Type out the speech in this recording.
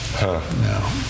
No